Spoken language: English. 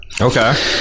Okay